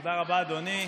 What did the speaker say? תודה רבה, אדוני.